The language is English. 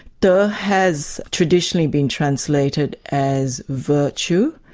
de has traditionally been translated as virtue,